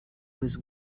was